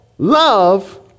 love